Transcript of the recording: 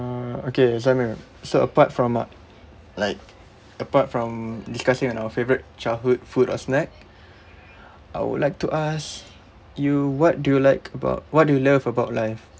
uh okay zamir so apart from a~ like apart from discussing on our favourite childhood food or snack I would like to ask you what do you like about what do you love about life